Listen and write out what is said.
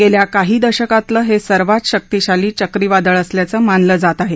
गेल्या काही दशकातलं हे सर्वात शक्तीशाली चक्रीवादळ असल्याचं मानलं जात आहे